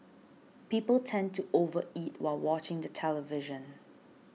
people tend to over eat while watching the television